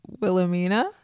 Wilhelmina